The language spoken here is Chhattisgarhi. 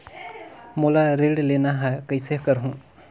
मोला ऋण लेना ह, कइसे करहुँ?